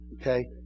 Okay